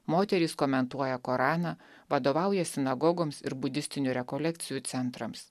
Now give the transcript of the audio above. moterys komentuoja koraną vadovauja sinagogoms ir budistinių rekolekcijų centrams